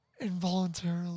involuntarily